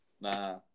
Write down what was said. Nah